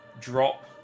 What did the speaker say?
drop